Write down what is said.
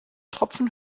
tropfen